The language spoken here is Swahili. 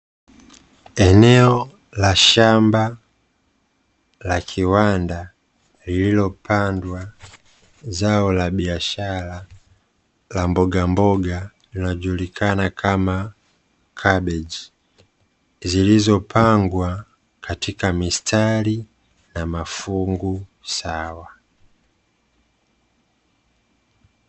Eneo la shamba la kiwanda, lililopandwa zao la biashara la mbogamboga, linajulikana kama kabechi. Zilizopangwa katika mistari na mafungu sawa.